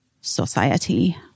society